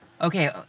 Okay